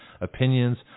opinions